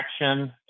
Action